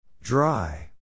Dry